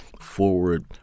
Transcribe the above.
forward